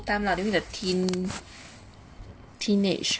time lah that mean the teen teenage